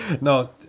No